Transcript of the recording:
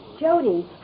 Jody